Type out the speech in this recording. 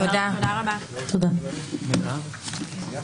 הישיבה ננעלה בשעה 13:12.